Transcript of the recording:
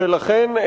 ולכן,